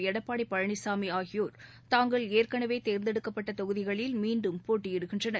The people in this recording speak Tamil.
எடப்பாடி பழனிசாமி ஆகியோர் தாங்கள் ஏற்கனவே தேர்ந்தெடுக்கப்பட்ட தொகுதிகளில் மீண்டும் போட்டியிடுகின்றனர்